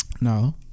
No